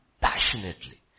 passionately